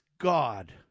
God